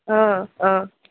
অ অ